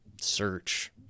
search